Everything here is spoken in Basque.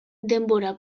denbora